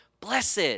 blessed